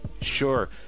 Sure